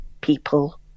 people